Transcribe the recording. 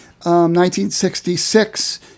1966